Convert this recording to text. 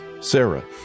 Sarah